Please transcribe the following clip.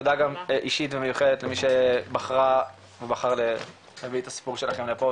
תודה גם אישית ומיוחדת למי שבחרה ובחר להביא את הסיפור שלכם לפה,